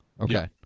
Okay